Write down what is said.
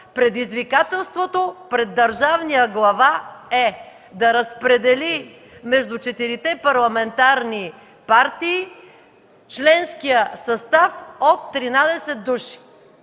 Предизвикателството пред държавния глава е да разпредели между четирите парламентарни партии членския състав от 13 души,